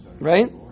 right